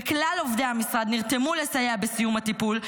וכלל עובדי המשרד נרתמו לסייע בסיום הטיפול.